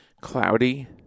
cloudy